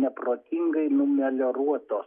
neprotingai numelioruotos